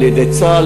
על-ידי צה"ל,